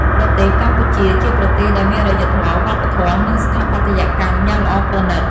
ប្រទេសកម្ពូជាជាប្រទេសដែលមានអរិយធម៌ វប្បធម៌ និងស្ថាបត្យកម្មយ៉ាងល្អប្រណិត។